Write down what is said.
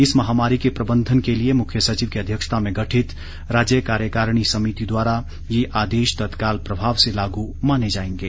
इस महामारी के प्रबंधन के लिए मुख्य सचिव की अध्यक्षता में गठित राज्य कार्यकारिणी समिति द्वारा ये आदेश तत्काल प्रभाव से लागू माने जाएंगे